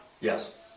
Yes